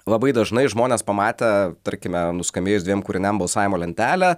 labai dažnai žmonės pamatę tarkime nuskambėjus dviem kūriniam balsavimo lentelę